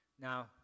Now